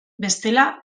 bestela